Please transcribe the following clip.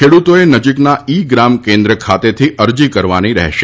ખેડૂતોએ નજીકના ઇ ગ્રામ કેન્દ્ર ખાતેથી અરજી કરવાની રહેશે